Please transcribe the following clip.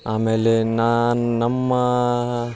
ಆಮೇಲೆ ನಾನು ನಮ್ಮ